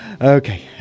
Okay